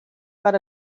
got